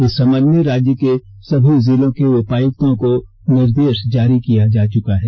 इस संबंध में राज्य के सभी जिलों के उपायुक्तों को निर्देष जारी किया चुका है